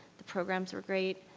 the programs were great.